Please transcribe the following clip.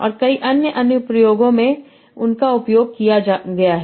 और कई अन्य अनुप्रयोगों में उनका उपयोग किया गया है